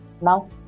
Now